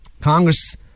Congress